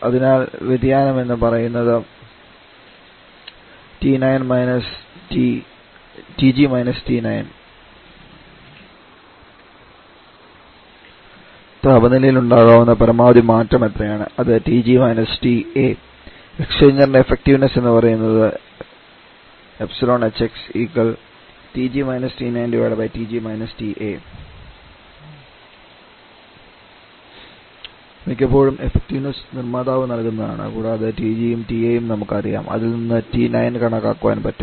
അതിനാൽവ്യതിയാനം എന്ന് പറയുന്നത് TG - T9 താപനിലയിൽ ഉണ്ടാകാവുന്ന പരമാവധി മാറ്റം എത്രയാണ് അത് TG - TA എക്സ്ചേഞ്ചറിന്റെ എഫക്ടീവ്നസ് എന്ന് പറയുന്നത് മിക്കപ്പോഴും എഫക്ടീവ്നസ് നിർമ്മാതാവ് നൽകുന്നതാണ് കൂടാതെ TG യും TA യും നമുക്കറിയാം അതിൽനിന്ന് T9 കണക്കാക്കാൻ പറ്റും